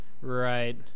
Right